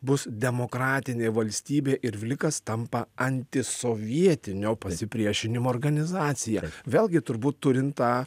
bus demokratinė valstybė ir vlikas tampa antisovietinio pasipriešinimo organizacija vėlgi turbūt turint tą